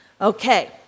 Okay